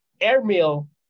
airmail